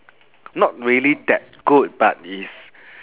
not really that good but is